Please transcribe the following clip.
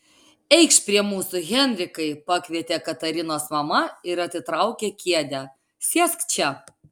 eikš prie mūsų henrikai pakvietė katarinos mama ir atitraukė kėdę sėsk čia